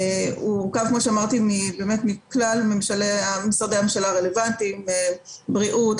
הוא מורכב מכלל משרדי הממשלה הרלוונטיים: בריאות,